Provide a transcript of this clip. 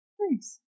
Nice